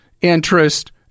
interest